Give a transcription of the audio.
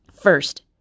First